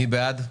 מי בעד?